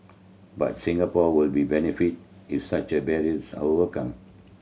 but Singapore would be benefit if such a barriers overcome